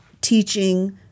teaching